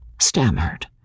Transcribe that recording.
stammered